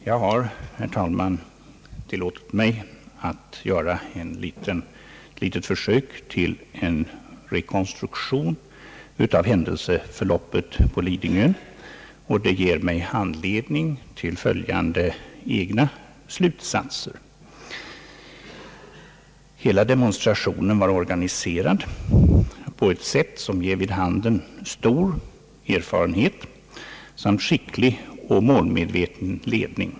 Jag har, herr talman, tillåtit mig göra ett litet försök till rekonstruktion av händelseförloppet på Lidingö, och det ger mig anledning till några egna slutsatser. Hela demonstrationen var organiserad på ett sätt som ger vid handen stor erfarenhet samt skicklig och målmedveten ledning.